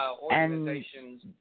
organizations